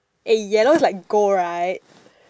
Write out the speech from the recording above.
eh yellow like gold right